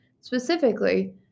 Specifically